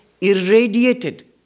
irradiated